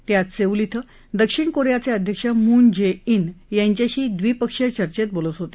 ते आज सेऊल इथं दक्षिण कोरियाचे अध्यक्ष मुन जे इन यांच्यांशी द्वीपक्षीय चचेंत बोलत होते